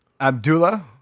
Abdullah